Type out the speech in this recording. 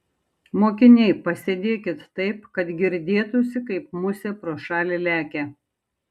mokiniai pasėdėkit taip kad girdėtųsi kaip musė pro šalį lekia